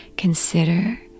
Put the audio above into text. Consider